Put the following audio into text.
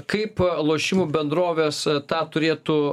kaip lošimų bendrovės tą turėtų